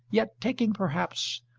yet taking perhaps,